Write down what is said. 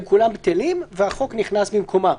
הם כולם בטלים והחוק נכנס במקומם.